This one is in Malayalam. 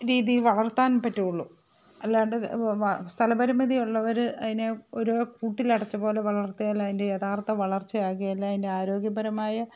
രീതിയിൽ വളർത്താൻ പറ്റുകയുള്ളൂ അല്ലാണ്ട് സ്ഥലപരിമിതിയുള്ളവര് അതിനെ ഓരോ കൂട്ടിലടച്ചപോലെ വളർത്തിയാല് അതിൻ്റെ യഥാർത്ഥ വളർച്ച ആകുകേല അതിൻ്റെ ആരോഗ്യപരമായ